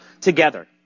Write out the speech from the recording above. together